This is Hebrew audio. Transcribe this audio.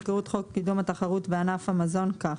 יקראו את חוק קידום התחרות בענף המזון כך: